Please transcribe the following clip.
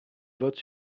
vote